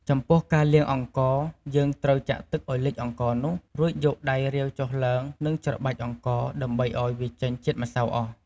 ចំំពោះការលាងអង្ករ យើងត្រូវចាក់ទឹកឱ្យលិចអង្ករនោះ រួចយកដៃរាវចុះឡើង និងច្របាច់អង្ករ ដើម្បឱ្យវាចេញជាតិម្សៅអស់។